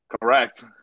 Correct